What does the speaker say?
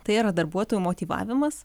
tai yra darbuotojų motyvavimas